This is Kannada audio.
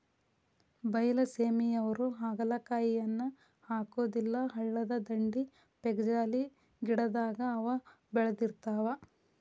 ಬೈಲಸೇಮಿಯವ್ರು ಹಾಗಲಕಾಯಿಯನ್ನಾ ಹಾಕುದಿಲ್ಲಾ ಹಳ್ಳದ ದಂಡಿ, ಪೇಕ್ಜಾಲಿ ಗಿಡದಾಗ ಅವ ಬೇಳದಿರ್ತಾವ